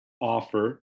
offer